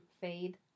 Fade